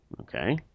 okay